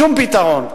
שום פתרון.